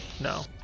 No